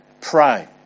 Pray